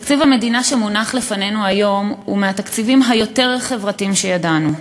תקציב המדינה שמונח לפנינו היום הוא מהתקציבים היותר-חברתיים שידענו.